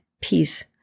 peace